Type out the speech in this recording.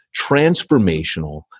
transformational